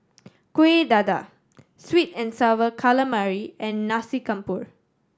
Kueh Dadar sweet and Sour Calamari and Nasi Campur